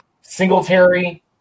Singletary